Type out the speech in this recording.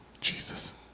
Jesus